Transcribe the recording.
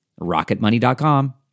rocketmoney.com